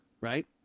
Right